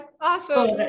awesome